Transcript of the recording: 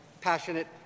passionate